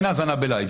אין האזנה בלייב